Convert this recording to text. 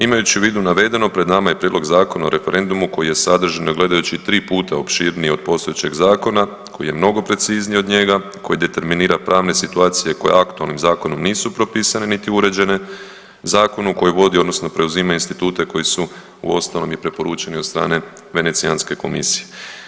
Imajući u vidu navedeno pred nama je Prijedlog zakona o referendumu koji je sadržan gledajući tri puta opširniji od postojećeg Zakona, koji je mnogo precizniji od njega, koji determinira pravne situacije koje aktualnim zakonom nisu propisane niti uređene, zakonu koji vodi odnosno preuzima institute koji su uostalom i preporučeni od strane Venecijanske komisije.